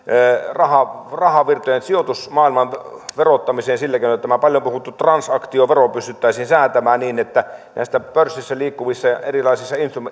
rahavirtojen sijoitusmaailman verottamiseen sillä keinolla että tämä paljon puhuttu transaktiovero pystyttäisiin säätämään niin että näistä pörssissä liikkuvista erilaisista